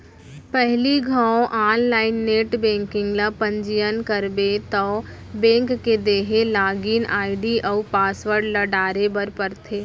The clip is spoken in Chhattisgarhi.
पहिली घौं आनलाइन नेट बैंकिंग ल पंजीयन करबे तौ बेंक के देहे लागिन आईडी अउ पासवर्ड ल डारे बर परथे